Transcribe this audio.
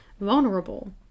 vulnerable